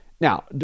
now